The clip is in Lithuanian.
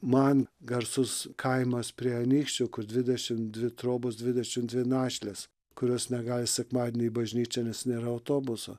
man garsus kainos prie anykščių kur dvidešim dvi trobos dvidešim dvi našlės kurios negali sekmadienį į bažnyčią nes nėra autobuso